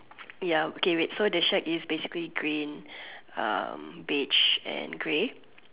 ya okay wait so the shack is basically green beige and grey